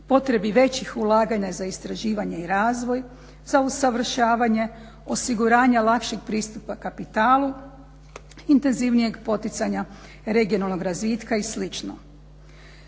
potrebi većih ulaganja za istraživanje i razvoj, za usavršavanje, osiguranja lakšeg pristupa kapitalu, intenzivnijeg poticanja regionalnog razvitka i